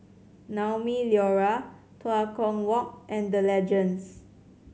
Naumi Liora Tua Kong Walk and The Legends